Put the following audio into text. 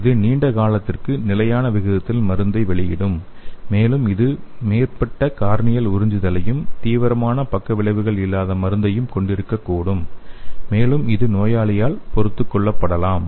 இது நீண்ட காலத்திற்கு நிலையான விகிதத்தில் மருந்தை வெளியிடும் மேலும் இது மேம்பட்ட கார்னியல் உறிஞ்சுதலையும் தீவிரமான பக்கவிளைவுகள் இல்லாத மருந்தையும் கொண்டிருக்கக்கூடும் மேலும் இது நோயாளியால் பொறுத்துக்கொள்ளப்படலாம்